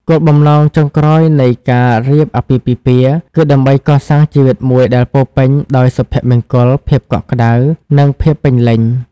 គោលបំណងចុងក្រោយនៃការរៀបអាពាហ៍ពិពាហ៍ គឺដើម្បីកសាងជីវិតមួយដែលពោរពេញដោយសុភមង្គល ភាពកក់ក្តៅ និងភាពពេញលេញ។